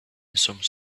some